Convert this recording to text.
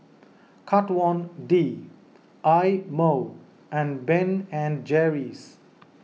Kat Von D Eye Mo and Ben and Jerry's